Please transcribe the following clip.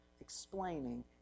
explaining